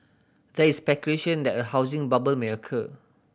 there is speculation that a housing bubble may occur